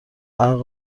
عقل